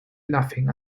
laughing